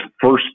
first